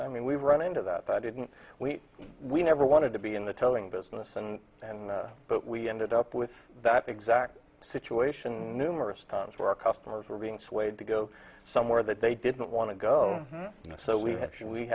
i mean we've run into that i didn't we we never wanted to be in the telling business and but we ended up with that exact situation numerous times where our customers were being swayed to go somewhere that they didn't want to go so we